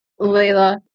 Layla